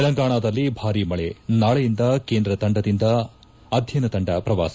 ತೆಲಂಗಾಣದಲ್ಲಿ ಭಾರೀ ಮಳೆ ನಾಳೆಯಿಂದ ಕೇಂದ್ರ ತಂಡದಿಂದ ಅಧ್ಯಯನ ತಂಡ ಪ್ರವಾಸ